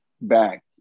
back